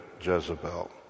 Jezebel